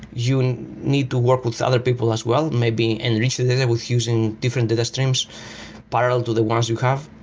you need to work with other people as well, maybe enrich the data with using different data streams parallel to the ones you have.